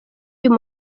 uyu